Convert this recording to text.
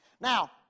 Now